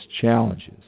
challenges